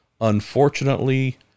unfortunately